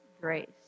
grace